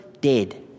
dead